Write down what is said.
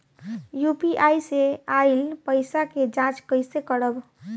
UPI से आइल पईसा के जाँच कइसे करब?